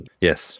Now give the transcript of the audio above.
Yes